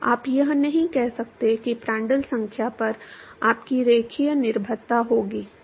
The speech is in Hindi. आप यह नहीं कह सकते कि प्रांड्टल संख्या पर आपकी रैखिक निर्भरता होगी